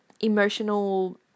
emotional